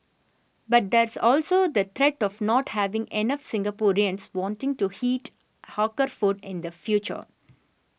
but there's also the threat of not having enough Singaporeans wanting to eat hawker food in the future